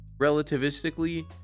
relativistically